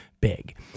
big